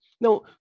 Now